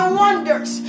wonders